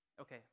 Okay